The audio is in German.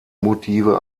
motive